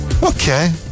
Okay